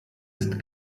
ist